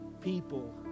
People